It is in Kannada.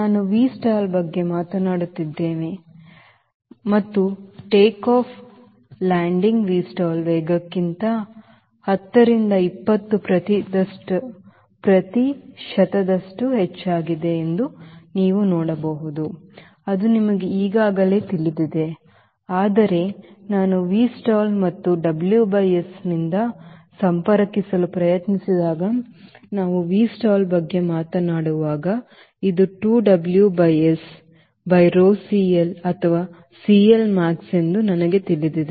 ನಾವು Vstall ಬಗ್ಗೆ ಮಾತನಾಡುತ್ತಿದ್ದೇವೆ ಮತ್ತು ಟೇಕ್ಆಫ್ ಮತ್ತು ಲ್ಯಾಂಡಿಂಗ್ Vstall ವೇಗಕ್ಕಿಂತ 10 20 ಪ್ರತಿಶತದಷ್ಟು ಹೆಚ್ಚಾಗಿದೆ ಎಂದು ನೀವು ನೋಡಬಹುದು ಅದು ನಿಮಗೆ ಈಗಾಗಲೇ ತಿಳಿದಿದೆ ಆದರೆ ನಾನು Vstall ಮತ್ತು WS ನಿಂದ ಸಂಪರ್ಕಿಸಲು ಪ್ರಯತ್ನಿಸಿದಾಗ ನಾನು Vstall ಬಗ್ಗೆ ಮಾತನಾಡುವಾಗ ಇದು 2 W by S by rho CL ಅಥವಾ CLmax ಎಂದು ನನಗೆ ತಿಳಿದಿದೆ